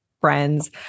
friends